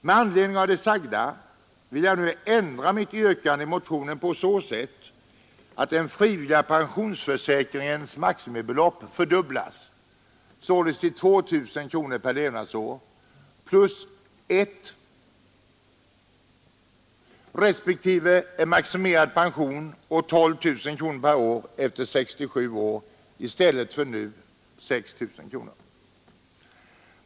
Med anledning av det anförda vill jag nu ändra mitt yrkande i motionen på så sätt att den frivilliga pensionsförsäkringens maximibelopp fördubblas, alltså till 2.000 kronor per levnadsår plus ett, respektive en maximerad pension på 12000 kronor per år efter 67 år i stället för nuvarande 6 000 kronor.